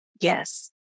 Yes